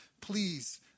please